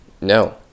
No